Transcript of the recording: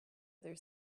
other